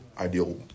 ideal